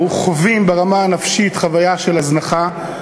חווים ברמה הנפשית חוויה של הזנחה,